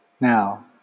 Now